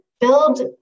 build